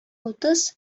утыз